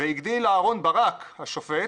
והגדיל אהרון ברק השופט